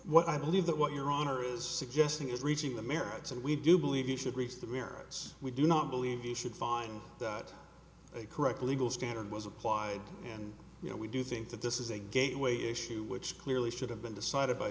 what i believe that what your honor is suggesting is reaching the merits and we do believe we should reach the merits we do not believe we should find that a correct legal standard was applied and you know we do think that this is a gateway issue which clearly should have been decided by